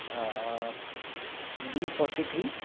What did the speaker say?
B forty three